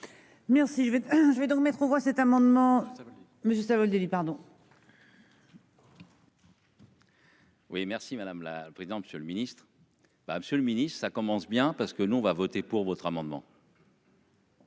je vais, je vais donc mettre aux voix cet amendement. Mais Savoldelli pardon.-- Oui merci madame la présidente, monsieur le ministre.-- Bah, Monsieur le Ministre, ça commence bien parce que nous on va voter pour votre amendement.